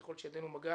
ככל שידנו מגעת,